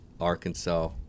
Arkansas